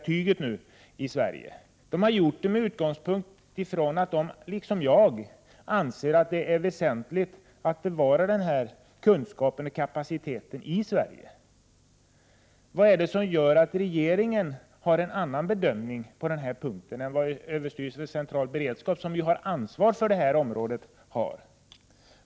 Detta har man gjort med utgångspunkt i att man, liksom jag, anser det väsentligt att bevara denna kunskap och kapacitet i Sverige. Vad är det som gör att regeringen på den här punkten har en annan bedömning än överstyrelsen för civil beredskap, som ju har ansvar för detta område?